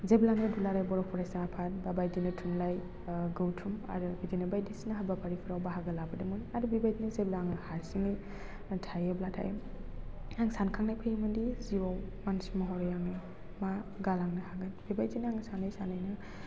जेब्लानो दुलाराय बर' फरायसा आफाद बा बे बायदिनो थुनलाइ ओह गौथुम आरो बिदिनो बायदिसिना हाबाफारिफ्राव बाहागो लाबोदोंमोन आरो बे बायदिनो जेब्ला आं हारसिङै थायोब्लाथाय आं सानखांनाय फैयोमोनदि जिउआव मानसि महरै आं मा गालांनो हागोन बे बायदिनो आं सानै सानैनो